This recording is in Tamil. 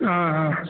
ஆ ஆ